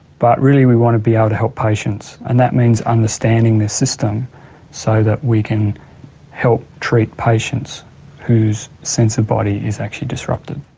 but really we want to be able ah to help patients, and that means understanding the system so that we can help treat patients whose sense of body is actually disrupted.